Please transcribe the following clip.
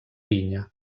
vinya